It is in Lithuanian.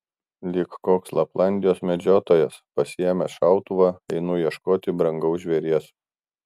lyg koks laplandijos medžiotojas pasiėmęs šautuvą einu ieškoti brangaus žvėries